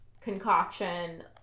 concoction